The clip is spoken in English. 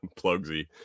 plugsy